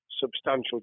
Substantial